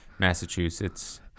Massachusetts